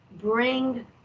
bring